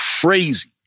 crazy